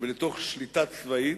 ולתוך שליטה צבאית,